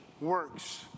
works